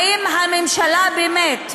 האם הממשלה באמת,